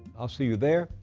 i'll see you there,